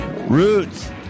Roots